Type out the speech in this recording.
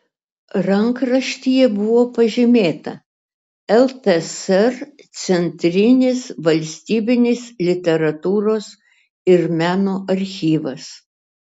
rankraštyje buvo pažymėta ltsr centrinis valstybinis literatūros ir meno archyvas